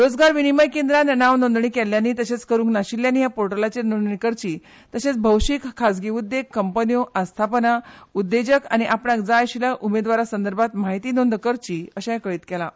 रोजगार विनियम केंद्रान नांव नोंदणी केल्ल्यांनी तशेंच करूंक नाशिल्ल्यांनी ह्या पोर्टलाचेर नोंदणी करची तशेंच भोवशीक खाजगी उद्देग कंपन्यो आस्थापनां उद्देजक आनी आपणाक जाय आशिल्ल्या उमेदवारां संदर्भांत म्हायती नोंद करची अशें कळीत केलां